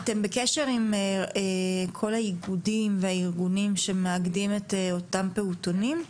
אתם בקשר עם כל האיגודים והארגונים שמאגדים את אותם פעוטונים?